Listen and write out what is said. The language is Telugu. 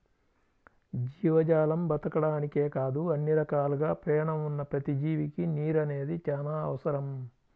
జీవజాలం బతకడానికే కాదు అన్ని రకాలుగా పేణం ఉన్న ప్రతి జీవికి నీరు అనేది చానా అవసరం